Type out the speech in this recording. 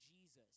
jesus